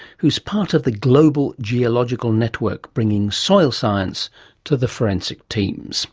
who is part of the global geological network, bringing soil science to the forensics teams